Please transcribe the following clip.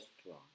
strong